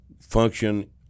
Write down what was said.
function